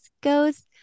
goes